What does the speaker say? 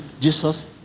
Jesus